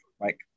Mike